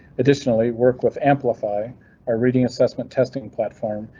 additionally, work with amplify our reading assessment testing platform.